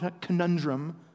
conundrum